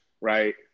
right